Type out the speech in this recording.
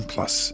Plus